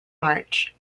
march